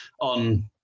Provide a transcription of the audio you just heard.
on